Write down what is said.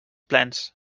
plens